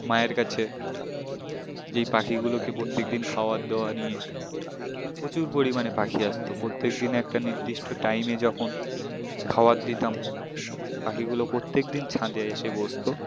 মায়ের কাছে যে এই পাখিগুলোকে প্রত্যেকদিন খাবার দেওয়া নিয়ে প্রচুর পরিমাণে পাখি আসত প্রত্যেকদিন একটা নির্দিষ্ট টাইমে যখন খাবার দিতাম পাখিগুলো প্রত্যেকদিন ছাদে এসে বসত